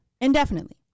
indefinitely